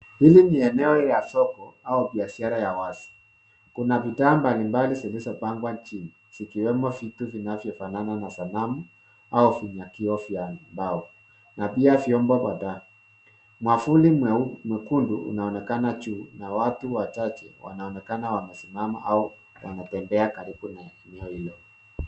Hili ni eneo ya soko au biashara ya wazi. Kuna bidhaa mbalimbali zilizopangwa chini ikiwemo vitu vinavyofanana na sanamu, au vinyakio vya mbao na pia vyombo kwa ndani. Mwavuli mwekundu unaonekana juu na watu wachache wanaonekana wamesimama au wametembea karibu na eneo hilo.